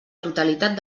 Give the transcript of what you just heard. totalitat